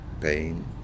pain